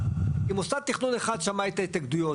מוסד תכנון אחד שמע את ההתנגדויות,